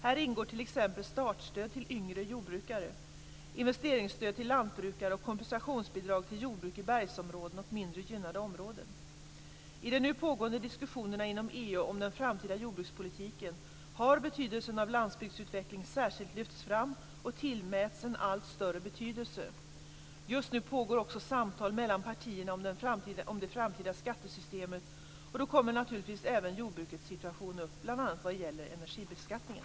Häri ingår t.ex. startstöd till yngre jordbrukare, investeringsstöd till lantbrukare och kompensationsbidrag till jordbruk i bergsområden och mindre gynnade områden. I de nu pågående diskussionerna inom EU om den framtida jordbrukspolitiken har betydelsen av landsbygdsutveckling särskilt lyfts fram och tillmäts en allt större betydelse. Just nu pågår också samtal mellan partierna om det framtida skattesystemet, och då kommer naturligtvis även jordbrukets situation upp, bl.a. vad gäller energibeskattningen.